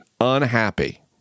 unhappy